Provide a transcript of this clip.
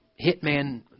Hitman